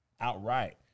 outright